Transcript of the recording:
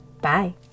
Bye